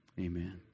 Amen